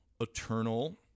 eternal